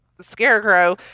Scarecrow